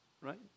right